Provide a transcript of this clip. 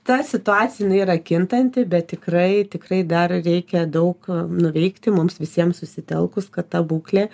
ta situacija jinai yra kintanti bet tikrai tikrai dar reikia daug nuveikti mums visiems susitelkus kad ta būklė